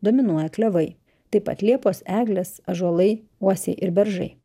dominuoja klevai taip pat liepos eglės ąžuolai uosiai ir beržai